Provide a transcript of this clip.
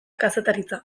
kazetaritza